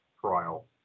trial